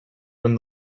when